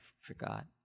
forgot